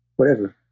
whatever.